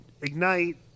ignite